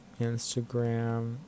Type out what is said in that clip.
instagram